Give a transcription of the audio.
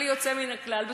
בלי יוצא מהכלל,